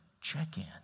check-in